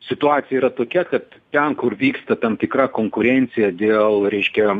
situacija yra tokia kad ten kur vyksta tam tikra konkurencija dėl reiškia